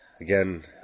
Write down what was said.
Again